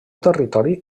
territori